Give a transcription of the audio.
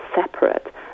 separate